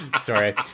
Sorry